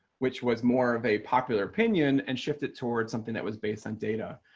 which was more of a popular opinion and shifted towards something that was based on data,